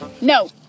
No